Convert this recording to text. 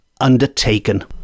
undertaken